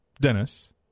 Dennis